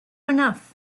enough